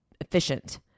efficient